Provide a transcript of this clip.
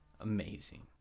amazing